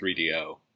3DO